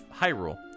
Hyrule